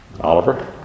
Oliver